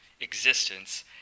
existence